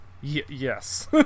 yes